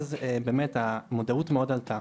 מאז באמת המודעות מאוד עלתה